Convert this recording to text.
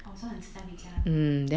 oh so 很迟才回家